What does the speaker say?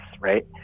right